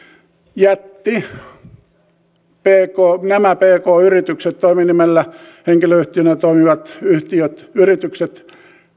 jätti nämä pk yritykset toiminimellä henkilöyhtiönä toimivat yhtiöt yritykset